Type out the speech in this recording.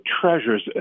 treasures